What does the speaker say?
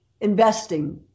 investing